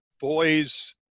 boys